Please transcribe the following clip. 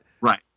Right